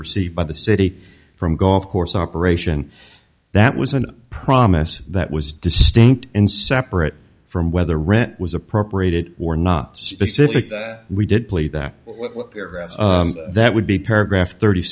received by the city from golf course operation that was an promise that was distinct and separate from whether rent was appropriated or not specific we did believe that that would be paragraph thirty